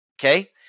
Okay